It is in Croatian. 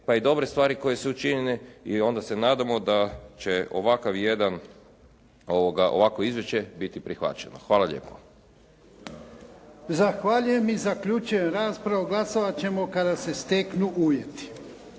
pa i dobre stvari koje su učinjene i onda se nadamo da će ovakav jedan, ovakvo izvješće biti prihvaćeno. Hvala lijepo. **Jarnjak, Ivan (HDZ)** Zahvaljujem i zaključujem raspravu. Glasovat ćemo kada se steknu uvjeti.